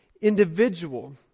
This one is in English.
individual